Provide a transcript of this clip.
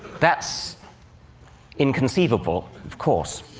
that's inconceivable, of course.